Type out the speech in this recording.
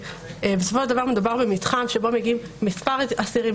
בסופו של דבר מדובר במתחם שבו מגיעים מספר אסירים,